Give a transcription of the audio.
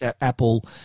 Apple